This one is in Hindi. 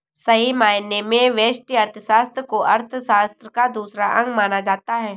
सही मायने में व्यष्टि अर्थशास्त्र को अर्थशास्त्र का दूसरा अंग माना जाता है